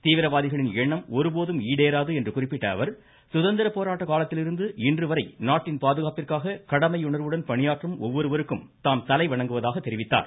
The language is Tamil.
தீவிரவாதிகளின் எண்ணம் ஒருபோதும் ஈடேறாது என்று குறிப்பிட்ட அவர் சுதந்திர போராட்ட காலத்திலிருந்து இன்றுவரை நாட்டின் பாதுகாப்பிற்காக கடமையுணர்வுடன் பணியாற்றும் ஒவ்வொருவருக்கும் தாம் தலைவணங்குவதாக தெரிவித்தார்